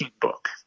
book